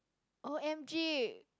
O_M_G